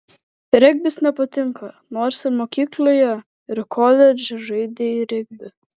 regbis nepatinka nors ir mokykloje ir koledže žaidei regbį